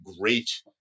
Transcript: great